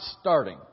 starting